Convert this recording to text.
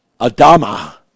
Adama